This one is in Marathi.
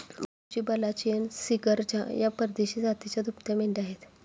बलुची, बल्लाचियन, सिर्गजा या परदेशी जातीच्या दुभत्या मेंढ्या आहेत